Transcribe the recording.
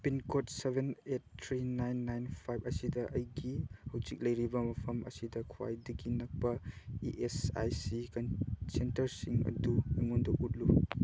pin code seven eight three nine nine ꯐꯥꯏꯕ ꯑꯁꯤꯗ ꯑꯩꯒꯤ ꯍꯧꯖꯤꯛ ꯂꯩꯔꯤꯕ ꯃꯐꯝ ꯑꯁꯤꯗ ꯈ꯭ꯋꯥꯏꯗꯒꯤ ꯅꯛꯄ ꯏ ꯑꯦꯁ ꯑꯥꯏ ꯁꯤ ꯁꯦꯟꯇꯔꯁꯤꯡ ꯑꯗꯨ ꯑꯩꯉꯣꯟꯗ ꯎꯠꯂꯨ